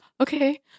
Okay